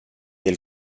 del